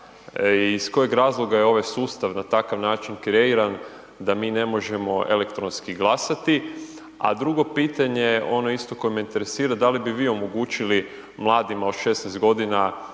Iz kojeg razloga je ovaj sustav na takav način kreiran da mi ne možemo elektronski glasati? A drugo pitanje ono koje me interesira, da li vi bi omogućili mladima od 16 godina